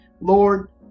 Lord